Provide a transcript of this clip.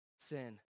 sin